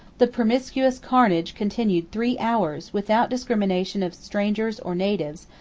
the promiscuous carnage continued three hours, without discrimination of strangers or natives,